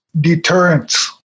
deterrence